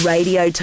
Radio